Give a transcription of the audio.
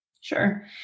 Sure